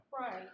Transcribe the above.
Right